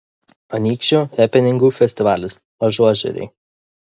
anykščių hepeningų festivalis ažuožeriai